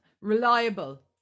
reliable